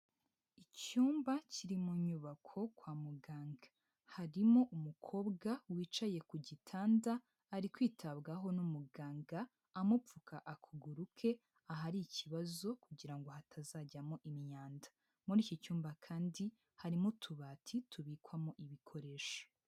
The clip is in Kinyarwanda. Icyumba kiri mu nyubako kwa muganga, harimo umukobwa wicaye ku gitanda, ari kwitabwaho n'umuganga amupfuka akuguru ke, ahari ikibazo kugira ngo hatazajyamo imyanda. Muri iki cyumba kandi harimo utubati tubikwamo ibikoresho.